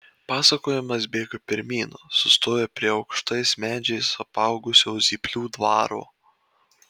pasakojimas bėga pirmyn sustoja prie aukštais medžiais apaugusio zyplių dvaro